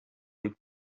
route